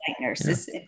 nurse's